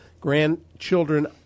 Grandchildren